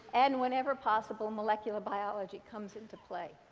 and, whenever possible, molecular biology, comes into play.